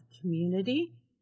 community